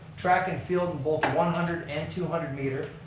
track and field in both one hundred and two hundred meter,